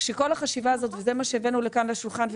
כשכל החשיבה הזאת וזה מה שהבאנו לכאן לשולחן,